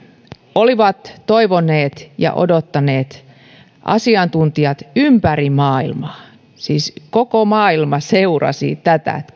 olivat toivoneet ja odottaneet asiantuntijat ympäri maailmaa siis koko maailma seurasi tätä että